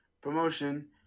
promotion